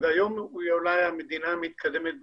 היום היא אולי המדינה המתקדמת בעולם,